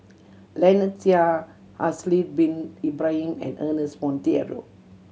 Lynnette Seah Haslir Bin Ibrahim and Ernest Monteiro